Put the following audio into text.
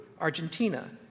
Argentina